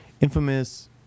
infamous